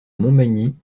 montmagny